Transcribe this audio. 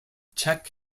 check